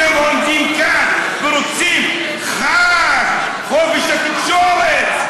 אתם עומדים כאן ורוצים חג, חופש התקשורת.